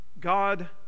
God